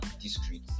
discrete